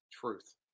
Truth